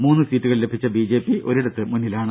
മൂന്ന് സീറ്റുകൾ ലഭിച്ച ബിജെപി ഒരിടത്ത് മുന്നിലാണ്